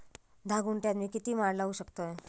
धा गुंठयात मी किती माड लावू शकतय?